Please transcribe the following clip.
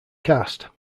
cast